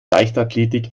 leichtathletik